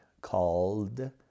called